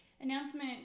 Announcement